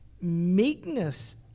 Meekness